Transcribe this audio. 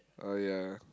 ah ya